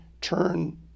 turn